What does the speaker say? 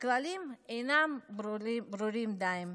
הכללים אינם ברורים דיים.